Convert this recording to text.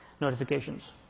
notifications